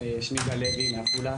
שמי גל לוי מעפולה,